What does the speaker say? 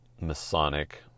Masonic